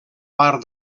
part